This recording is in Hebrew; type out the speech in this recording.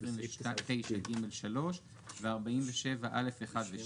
29(ג)(3) ו-47(א)(1) ו-(2).